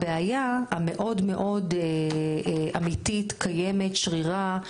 הבעיה המאוד מאוד אמיתית, קיימת, שרירה,